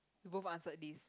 we both answered this